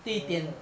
orh